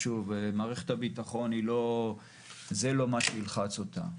שוב, מערכת הביטחון, זה לא מה שנלחץ אותם.